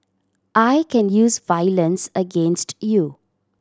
I can use violence against you